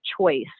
choice